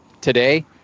today